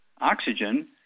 oxygen